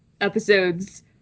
episodes